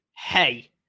hey